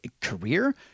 career